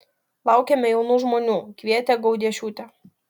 laukiame jaunų žmonių kvietė gaudiešiūtė